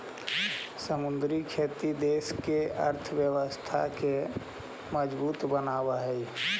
समुद्री खेती देश के अर्थव्यवस्था के मजबूत बनाब हई